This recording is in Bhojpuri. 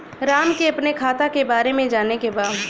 राम के अपने खाता के बारे मे जाने के बा?